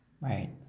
right